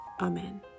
Amen